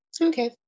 okay